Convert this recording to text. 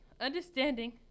understanding